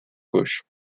gauche